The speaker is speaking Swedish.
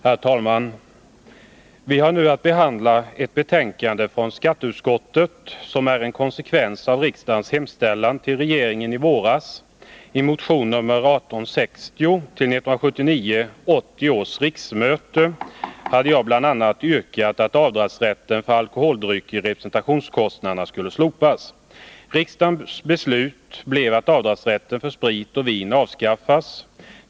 Herr talman! Vi har nu att behandla ett betänkande från skatteutskottet som är en konsekvens av riksdagens hemställan till regeringen i våras. I motion nr 1860 till 1979/80 års riksmöte hade jag bl.a. yrkat att avdragsrätten för alkoholdrycker i representationskostnaderna skulle slopas. Riksdagens beslut blev att avdragsrätten för sprit och vin avskaffas.